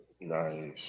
Nice